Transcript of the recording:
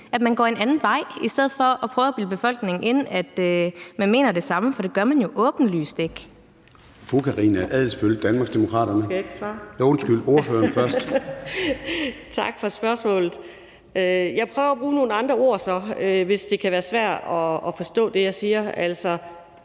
at man går en anden vej, i stedet for at prøve at bilde befolkningen ind, at man mener det samme, for det gør man jo åbenlyst ikke. Kl. 15:55 Formanden (Søren Gade): Ordføreren. Kl. 15:55 Anni Matthiesen (V): Tak for spørgsmålet. Jeg prøver så at bruge nogle andre ord, hvis det kan være svært at forstå det, jeg siger.